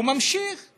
ממשיך להסית.